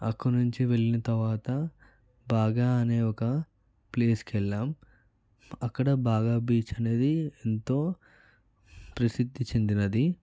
అక్కడి నుంచి వెళ్ళిన తర్వాత బాగా అనే ఒక ప్లేస్కి వెళ్దాం అక్కడ బాగా బీచ్ అనేది ఎంతో ప్రసిద్ధి చెందినది